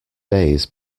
days